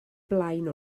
blaen